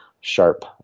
sharp